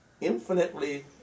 infinitely